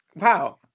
Wow